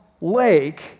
lake